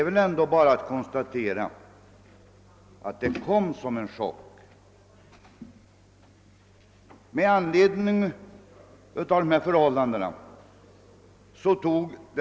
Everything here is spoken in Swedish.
Vi kan bara konstatera att det kom som en chock.